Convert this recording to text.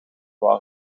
wou